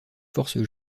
force